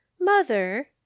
Mother